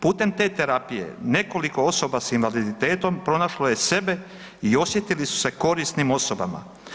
Putem te terapije nekoliko osoba s invaliditetom pronašlo je sebe i osjetili su se korisnim osobama.